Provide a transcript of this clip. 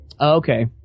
Okay